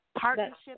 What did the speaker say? partnership